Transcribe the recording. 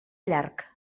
llarg